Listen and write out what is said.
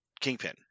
Kingpin